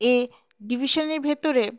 এ ডিভিশনের ভেতরে